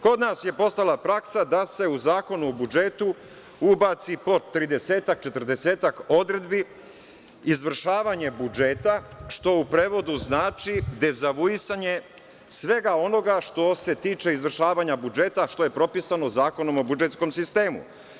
Kod nas je postala praksa da se u Zakon o budžetu ubaci po tridesetak, četrdesetak odredbi - izvršavanje budžeta, što u prevodu znači dezavuisanje svega onoga što se tiče izvršavanja budžeta što je pripisano Zakonom o budžetskom sistemu.